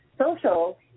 Social